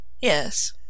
Yes